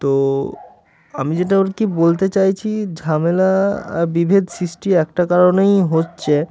তো আমি যেটা আর কি বলতে চাইছি ঝামেলা বিভেদ সৃষ্টি একটা কারণেই হচ্ছে